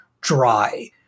dry